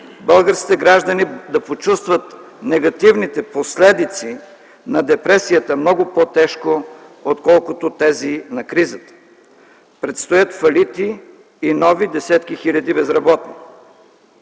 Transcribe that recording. българските граждани да почувстват негативните последици на депресията много по-тежко, отколкото тези на кризата. Предстоят фалити и нови десетки хиляди безработни.